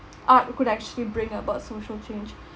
art could actually bring about social change